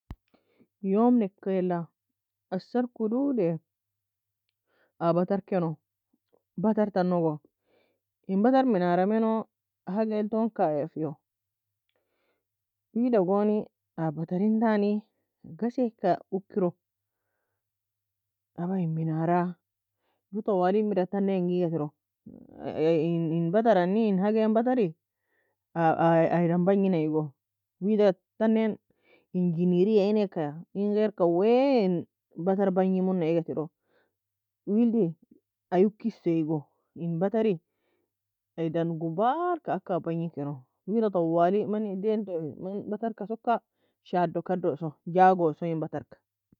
يوم nokela assar kodo ae abater keno bater tanogo en bater minara meno hagei elton kayia fiowe. Wida goni abateri entni ghasibe ka ukero. Aba en minara gou twali mera tan eian ga esigo. In bater any en hagei batari aye dan bangia ego wida taneian eaga tero en giniri ya enka waen bater bangimo na eagoWildi aye ukis eago en bateri ayi dan gubal ka aka bangi kino wida twali man edain to man bater ka soka shado kadoso chagosi mn bater.